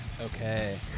Okay